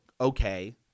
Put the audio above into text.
okay